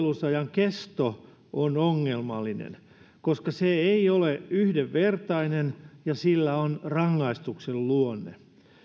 kesto on ongelmallinen koska se ei ole yhdenvertainen ja sillä on rangaistuksen luonne